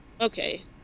Okay